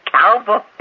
cowboy